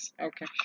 Okay